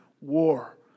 war